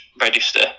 register